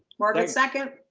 margaret second.